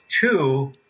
two